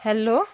hello